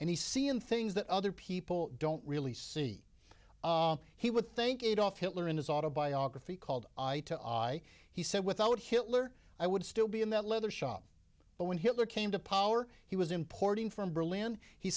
he's seeing things that other people don't really see he would think it off hitler in his autobiography called eye to eye he said without hitler i would still be in that leather shop but when hitler came to power he was importing from berlin he